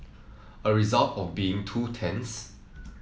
a result of being two tents